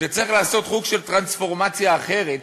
שצריך לעשות סוג של טרנספורמציה אחרת,